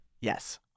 Yes